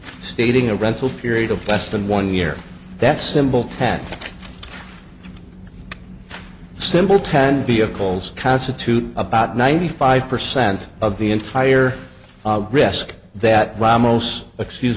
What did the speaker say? stating a rental period of less than one year that symbol ten simple ten vehicles constitute about ninety five percent of the entire risk that